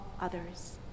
others